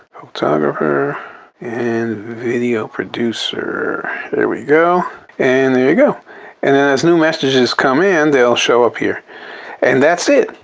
photographer and video producer. there we go and there you go and and as new messages come in, they'll show up here and that's it.